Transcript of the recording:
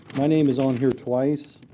my name is on here twice.